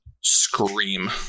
scream